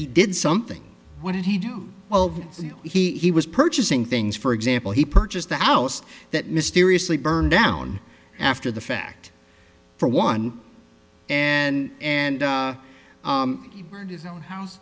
he did something what did he do while he was purchasing things for example he purchased the house that mysteriously burned down after the fact for one and and he burned his own house